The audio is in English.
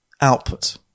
output